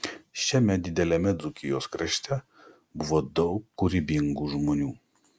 šiame dideliame dzūkijos krašte buvo daug kūrybingų žmonių